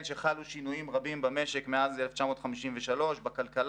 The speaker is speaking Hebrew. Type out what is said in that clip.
שחלו שינויים רבים במשק מאז 1953 בכלכלה,